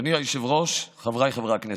אדוני היושב-ראש, חבריי חברי הכנסת,